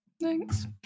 Thanks